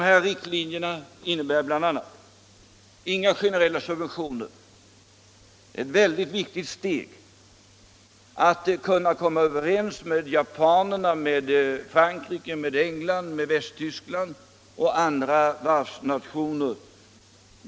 Dessa riktlinjer innebär bl.a. att inga generella subventioner skall ges, vilket är ett väldigt viktigt steg när det gäller att kunna komma överens med Japan, Frankrike, England, Västtyskland och andra varvsnationer.